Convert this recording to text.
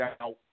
out